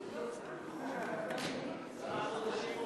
התשע"ד 2013,